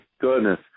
goodness